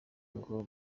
ngo